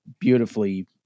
beautifully